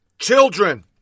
Children